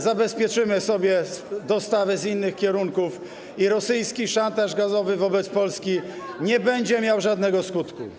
Zabezpieczymy sobie dostawy z innych kierunków i rosyjski szantaż gazowy wobec Polski nie będzie miał żadnego skutku.